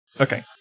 Okay